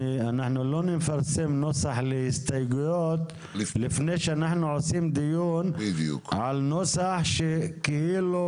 אנחנו לא נפרסם נוסח להסתייגויות לפני שאנחנו עושים דיון על נוסח שכאילו